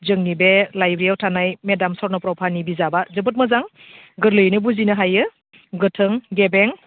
जोंनि बे लाइब्रेरियाव थानाय मेडाम स्वर्नप्रभानि बिजाबा जोबोद मोजां गोरलैयैनो बुजिनो हायो गोथों गेबें